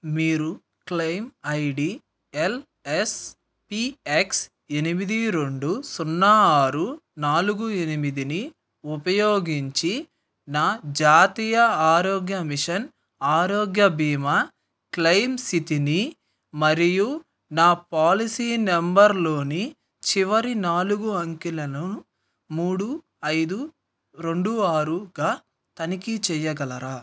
మీరు claim I D L S P X ఎనిమిది రెండు సున్నా ఆరు నాలుగు ఎనిమిదిని ఉపయోగించి నా జాతీయ ఆరోగ్య మిషన్ ఆరోగ్య బీమా క్లయిమ్ స్థితిని మరియు నా పాలసీ నంబర్లోని చివరి నాలుగు అంకెలను మూడు ఐదు రెండు ఆరుగా తనిఖీ చేయగలరా